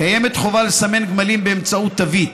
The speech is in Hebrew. קיימת חובה לסמן גמלים באמצעות תווית,